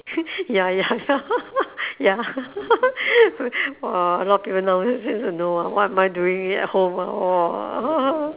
ya ya ya ya !wah! a lot of people now know what am I doing it at home ah !wah!